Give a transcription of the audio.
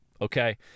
okay